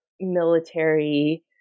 military